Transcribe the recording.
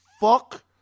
fuck